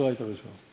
התורה הייתה ראשונה.